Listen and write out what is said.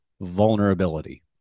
vulnerability